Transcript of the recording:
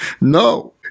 No